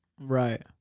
Right